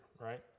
right